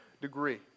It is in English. degree